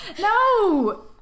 No